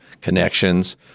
connections